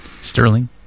Sterling